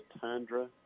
Tundra